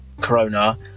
Corona